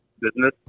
business